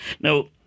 Now